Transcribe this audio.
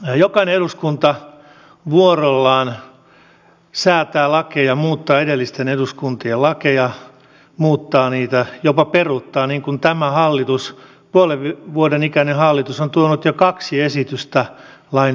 jokainen eduskunta vuorollaan säätää lakeja ja muuttaa edellisten eduskuntien lakeja muuttaa niitä jopa peruuttaa niin kuin tämä hallitus puolen vuoden ikäinen hallitus on tuonut jo kaksi esitystä lain peruuttamisesta